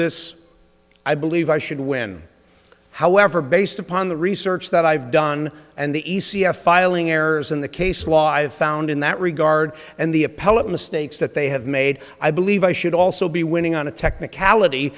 this i believe i should win however based upon the research that i've done and the e c f filing errors in the case law i have found in that regard and the appellate mistakes that they have made i believe i should also be winning on a technicality